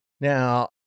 Now